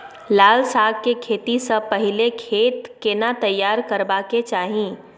लाल साग के खेती स पहिले खेत केना तैयार करबा के चाही?